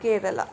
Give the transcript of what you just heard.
Kerala